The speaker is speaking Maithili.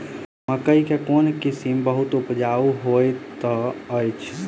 मकई केँ कोण किसिम बहुत उपजाउ होए तऽ अछि?